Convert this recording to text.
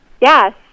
Yes